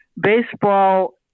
Baseball